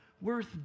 worth